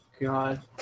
God